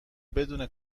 بدون